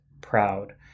proud